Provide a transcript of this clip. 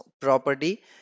property